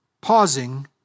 pausing